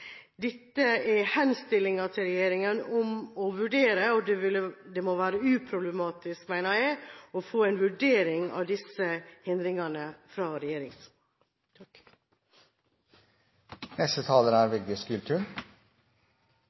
Dette er henstillinger til regjeringen om å vurdere, og det må være uproblematisk, mener jeg, å få en vurdering av disse hindringene fra regjeringen. De nordiske landene har få innbyggere, og det er